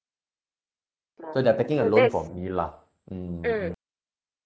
so they're taking a loan for me lah mm mm